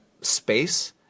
space